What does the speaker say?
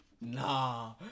Nah